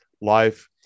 life